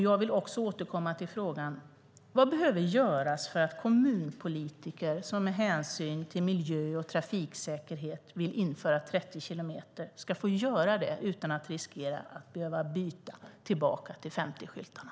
Jag vill också återkomma till frågan: Vad behöver göras för att kommunpolitiker som med hänsyn till miljö och trafiksäkerhet vill införa 30 kilometer i timmen ska få göra det utan att riskera att behöva byta tillbaka till 50-skyltarna?